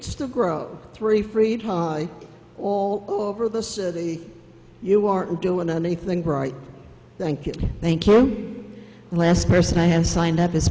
to grow three fried high all over the city you aren't doing anything right thank you thank you last person i had signed up